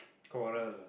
quarrel ah